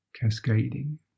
cascading